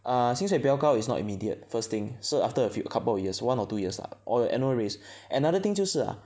uh 薪水比较高 is not immediate first thing so after a few a couple of years one or two years ah or your annual raise another thing 就是 ah